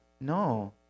No